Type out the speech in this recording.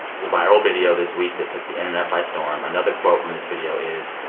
was a viral video this week that took the internet by storm. another quote from this video is,